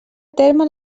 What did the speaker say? terme